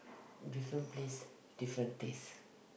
different place different taste